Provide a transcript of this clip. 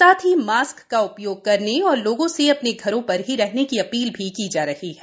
साथ ही मास्क का उपयोग करने और लोगों से अपने घरों पर ही रहने की अपील भी की जा रही है